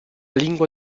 lingua